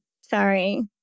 Sorry